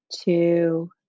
two